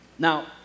Now